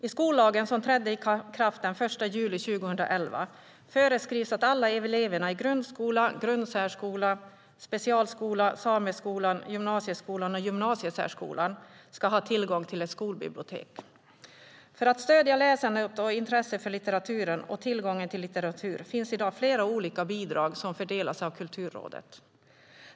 I skollagen, som trädde i kraft den 1 juli 2011, föreskrivs att alla elever i grundskolan, grundsärskolan, specialskolan, sameskolan, gymnasieskolan och gymnasiesärskolan ska ha tillgång till ett skolbibliotek. För att stödja läsandet och intresset för litteraturen och tillgången till litteratur finns det i dag flera olika bidrag som fördelas av Kulturrådet.